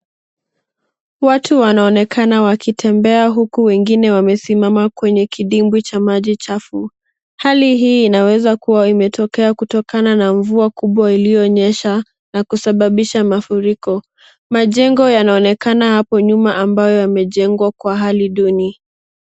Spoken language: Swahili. Watu wanaonekana wakitembea huku wengine wamesimama kwenye kidimbwi cha maji chafu, hali hii inaweza kua imetokea kutokana na mvua kubwa iliyonyesha na kusababisha mafuriko majengo yanaonekana hapo nyuma ambayo yamejengwa kwa hali duni.